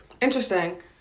interesting